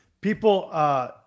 People